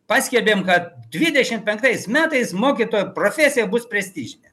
paskelbėm kad dvidešimt penktais metais mokytojo profesija bus prestižinė